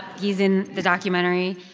he's in the documentary.